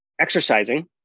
exercising